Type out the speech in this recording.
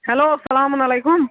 hello سلامُن علیکُم